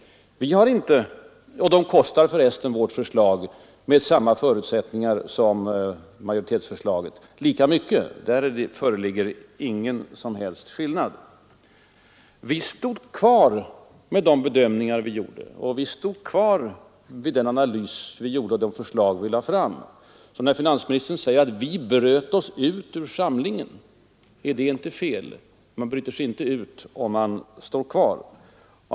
Med samma förutsättningar som majoritetsförslaget kostar vårt förslag lika mycket som majoritetsförslaget. Där föreligger ingen skillnad. Vi stod fast vid de bedömningar och den analys vi hade gjort i januari och de förslag vi då lagt fram. När finansministern säger att vi ”bröt oss ut ur samlingen” är det inte riktigt. Man bryter sig inte ut, om man står kvar.